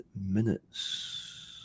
minutes